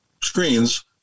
screens